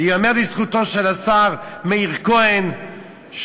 וייאמר לזכותו של השר מאיר כהן,